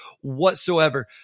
whatsoever